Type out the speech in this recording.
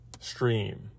stream